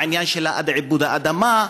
העניין של עיבוד האדמה,